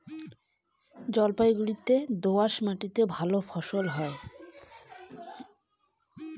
জলপাইগুড়ি জেলায় কোন মাটিতে ফসল ভালো হবে?